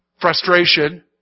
frustration